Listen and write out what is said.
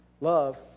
Love